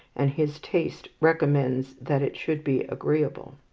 and his taste recommends that it should be agreeable.